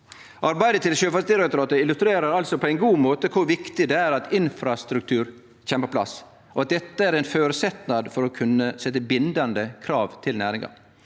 Arbeidet til Sjøfartsdirektoratet illustrerer altså på ein god måte kor viktig det er at infrastruktur kjem på plass, og at dette er ein føresetnad for å kunne stille bindande krav til næringa.